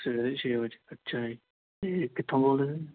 ਸਵੇਰੇ ਛੇ ਵਜੇ ਅੱਛਾ ਜੀ ਅਤੇ ਕਿੱਥੋ ਬੋਲਦੇ ਤੁਸੀਂ